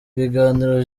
ibiganiro